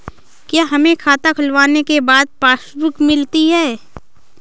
क्या हमें खाता खुलवाने के बाद पासबुक मिलती है?